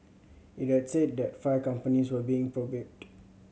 it had said that five companies were being probed